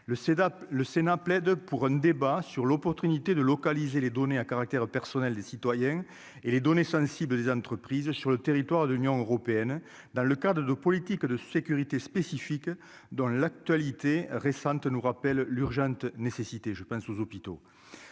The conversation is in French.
le Sénat, plaide pour un débat sur l'opportunité de localiser les données à caractère personnel des citoyens et les données sensibles des entreprises sur le territoire de l'Union européenne, dans le cas de de politique de sécurité spécifiques dans l'actualité récente nous rappelle l'urgente nécessité, je pense aux hôpitaux